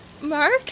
Mark